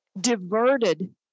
diverted